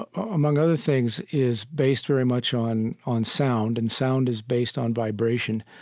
ah among other things, is based very much on on sound, and sound is based on vibration.